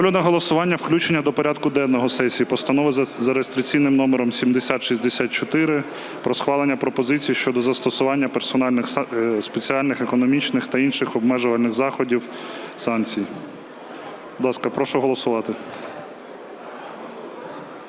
Ставлю на голосування включення до порядку денного сесії Постанови за реєстраційним номером 7064 про схвалення пропозицій щодо застосування персональних спеціальних економічних та інших обмежувальних заходів (санкцій).